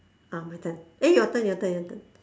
ah my turn eh your turn your turn your turn